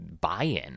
buy-in